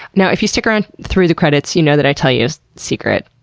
now, if you stick around through the credits, you know that i tell you a secret.